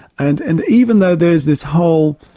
and and even though there's this whole,